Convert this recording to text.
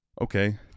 okay